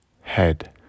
head